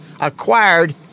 acquired